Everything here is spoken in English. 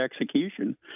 execution